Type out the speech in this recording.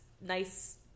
nice